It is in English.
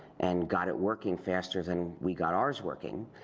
and got it working faster than we got ours working,